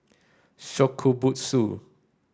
Shokubutsu